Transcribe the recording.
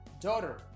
Daughter